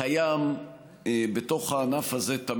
מקיימים מעקב סביב הנושא הזה.